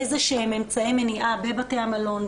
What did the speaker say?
איזה שהם אמצעי מניעה בבתי המלון,